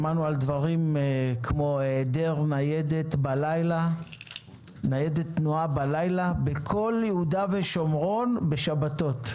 שמענו על דברים כמו היעדר ניידת תנועה בלילה בכל יהודה ושומרון בשישי